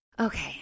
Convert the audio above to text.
Okay